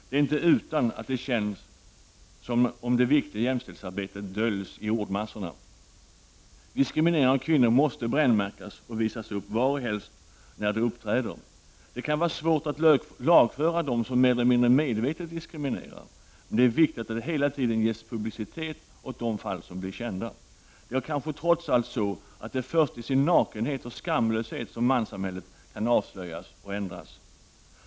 Det är inte utan att det känns som om det viktiga jämställdhetsarbetet döljs i ordmassorna. Diskriminering av kvinnor måste brännmärkas och visas upp, varhelst och när den än uppträder. Det kan vara svårt att lagföra dem som mer eller mindre medvetet diskriminerar. Men det är viktigt att det hela tiden ges publicitet åt de fall som blir kända. Det är kanske trots allt så, att det är först i sin nakenhet och skamlöshet som manssamhället kan avslöjas och ändras.